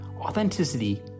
Authenticity